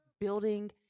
building